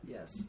Yes